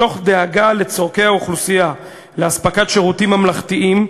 מתוך דאגה לצורכי האוכלוסייה לאספקת שירותים ממלכתיים,